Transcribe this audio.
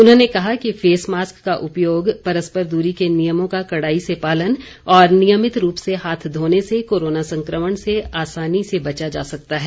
उन्होंने कहा कि फेस मास्क का उपयोग परस्पर दूरी के नियमों का कड़ाई से पालन और नियमित रूप से हाथ धोने से कोरोना संक्रमण से आसानी से बचा जा सकता है